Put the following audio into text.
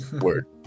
Word